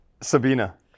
Sabina